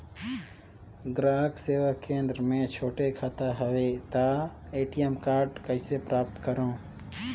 ग्राहक सेवा केंद्र मे छोटे खाता हवय त ए.टी.एम कारड कइसे प्राप्त करव?